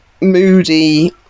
Moody